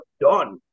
done